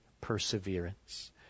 perseverance